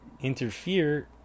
interfere